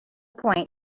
point